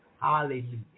Hallelujah